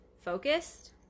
Focused